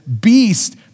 beast